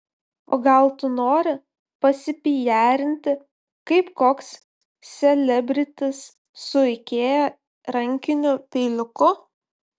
o gal tu nori pasipijarinti kaip koks selebritis su ikea rankiniu peiliuku